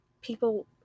people